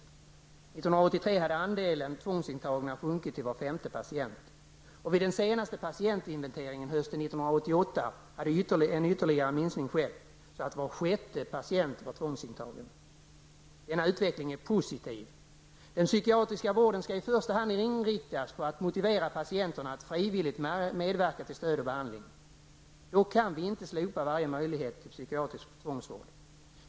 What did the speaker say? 1983 hade andelen tvångsintagna sjunkit till var femte patient. Vid den senaste patientinventeringen hösten 1988 hade en ytterligare minskning skett så att var sjätte patient var tvångsintagen. Denna utveckling är positiv. Den psykiatriska vården skall i första hand inriktas på att motivera patienterna att frivilligt medverka till stöd och behandling. Dock kan vi inte slopa varje möjlighet till psykiatrisk tvångsvård.